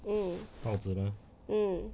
mm mm